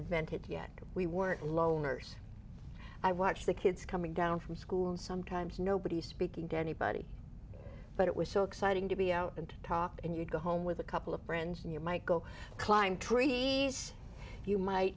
invented yet we weren't loners i watched the kids coming down from school and sometimes nobody speaking to anybody but it was so exciting to be out and talk and you'd go home with a couple of friends and you might go climb treaty you might